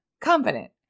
confident